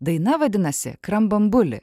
daina vadinasi krambambuli